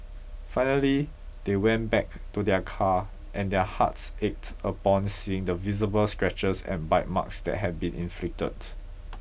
finally they went back to their car and their hearts ached upon seeing the visible scratches and bite marks that had been inflicted